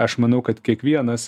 aš manau kad kiekvienas